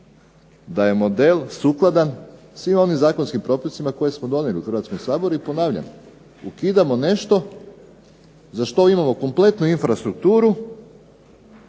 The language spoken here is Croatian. da je model sukladan svim onim zakonskim propisima koje smo donijeli u Hrvatskom saboru i, ponavljam, ukidamo nešto za što imamo kompletnu infrastrukturu